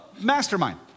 Mastermind